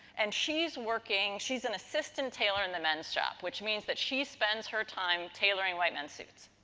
and, she's working, she's an assistant tailor in the men's shop, which means that she spends her time tailoring white men's suits.